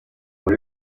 uri